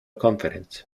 conference